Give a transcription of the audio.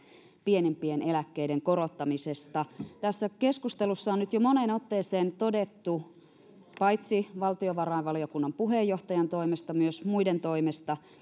pienimpien eläkkeiden korottamisesta tässä keskustelussa on nyt jo moneen otteeseen todettu paitsi valtiovarainvaliokunnan puheenjohtajan toimesta myös muiden toimesta